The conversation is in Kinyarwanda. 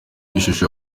ishusho